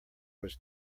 was